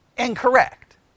Incorrect